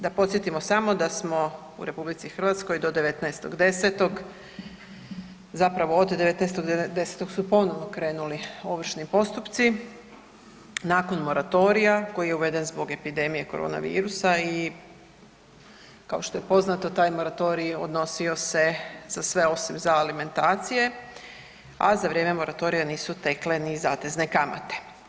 Da podsjetimo samo da smo u RH do 19.10. zapravo od 19.10. su ponovno krenuli ovršni postupci nakon moratorija koji je uveden zbog epidemije korona virusa i kao što je poznato, taj moratorij odnosio se za sve osim za alimentacije a za vrijeme moratorija nisu tekle ni zatezne kamate.